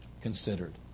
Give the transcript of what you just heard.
considered